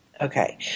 Okay